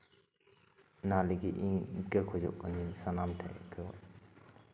ᱚᱱᱟ ᱞᱟᱹᱜᱤᱫ ᱤᱧ ᱤᱠᱟᱹ ᱠᱷᱚᱡᱚᱜ ᱠᱟᱹᱱᱟᱹᱧ ᱥᱟᱱᱟᱢ ᱴᱷᱮᱱ ᱤᱠᱟᱹ